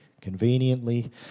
conveniently